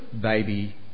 baby